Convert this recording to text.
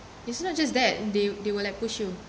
it's not just that they they will like push you